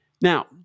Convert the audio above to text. Now